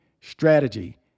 strategy